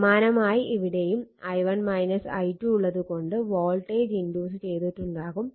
സമാനമായി ഇവിടെയും i1 i2 ഉള്ളത് കൊണ്ട് വോൾട്ടേജ് ഇൻഡ്യൂസ് ചെയ്തിട്ടുണ്ടാകും